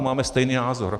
Máme stejný názor.